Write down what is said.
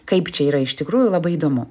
kaip čia yra iš tikrųjų labai įdomu